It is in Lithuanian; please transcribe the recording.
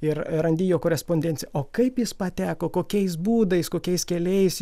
ir randi jo korespondenciją o kaip jis pateko kokiais būdais kokiais keliais